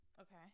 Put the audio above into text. Okay